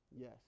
Yes